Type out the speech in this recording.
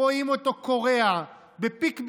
רואים אותו כורע בפיק ברכיים,